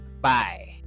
Bye